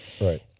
Right